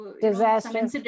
disaster